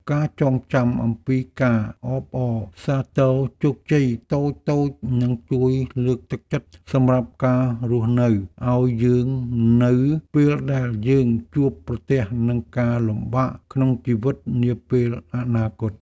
ការចងចាំអំពីការអបអរសាទរជោគជ័យតូចៗនឹងជួយលើកទឹកចិត្តសម្រាប់ការរស់នៅឱ្យយើងនៅពេលដែលយើងជួបប្រទះនឹងការលំបាកក្នុងជីវិតនាពេលអនាគត។